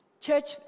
church